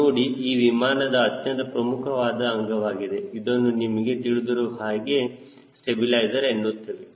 ನೋಡಿ ಇದು ವಿಮಾನದ ಅತ್ಯಂತ ಪ್ರಮುಖವಾದಂತಹ ಅಂಗವಾಗಿದೆ ಇದನ್ನು ನಿಮಗೆ ತಿಳಿದಿರುವ ಹಾಗೆ ಸ್ಟಬಿಲೈಜರ್ ಎನ್ನುತ್ತೇವೆ